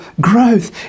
growth